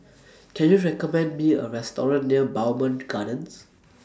Can YOU recommend Me A Restaurant near Bowmont Gardens